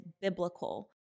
biblical